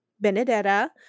Benedetta